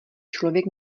člověk